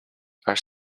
are